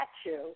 statue